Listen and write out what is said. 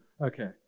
okay